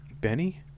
Benny